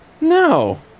No